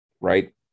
right